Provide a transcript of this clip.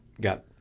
got